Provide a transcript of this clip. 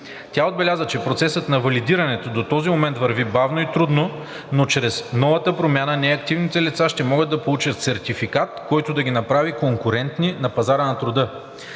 Тя отбеляза, че процесът на валидирането до този момент върви бавно и трудно, но чрез новата промяна неактивните лица ще могат да получат сертификат, който да ги направи конкурентни на пазара на труда.